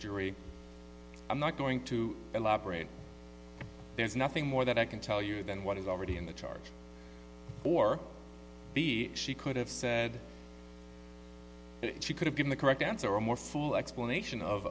jury i'm not going to elaborate there's nothing more that i can tell you than what is already in the charge or b she could have said she could have been the correct answer or a more full explanation of